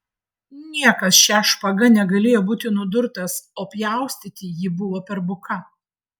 niekas šia špaga negalėjo būti nudurtas o pjaustyti ji buvo per buka